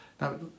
now